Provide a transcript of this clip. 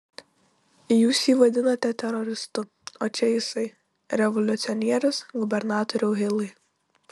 jūs jį vadinate teroristu o čia jisai revoliucionierius gubernatoriau hilai